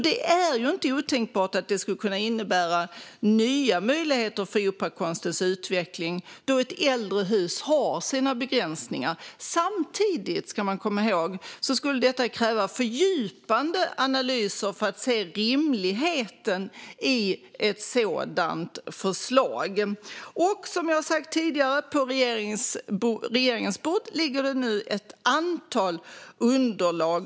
Det är inte otänkbart att det skulle kunna innebära nya möjligheter för operakonstens utveckling, då ett äldre hus har sina begränsningar. Samtidigt ska man komma ihåg att detta skulle kräva fördjupade analyser för att se rimligheten i ett sådant förslag. Som jag har sagt tidigare: På regeringens bord ligger nu ett antal underlag.